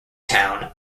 town